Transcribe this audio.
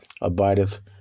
abideth